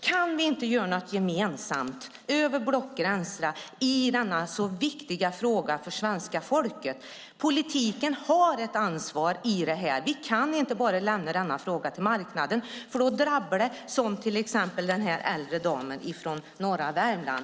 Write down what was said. Kan vi inte göra något gemensamt över blockgränsen i denna för svenska folket så viktiga fråga? Politiken har ett ansvar i det här. Vi kan inte bara lämna denna fråga till marknaden, för då drabbar det till exempel den här äldre damen från norra Värmland.